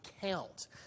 count